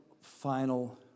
final